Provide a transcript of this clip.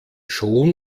schon